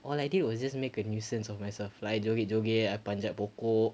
all I did was just make a nuisance of myself like joget joget I panjat pokok